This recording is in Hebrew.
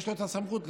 יש לו את הסמכות לכך.